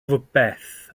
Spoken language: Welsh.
rhywbeth